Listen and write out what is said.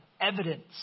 evidence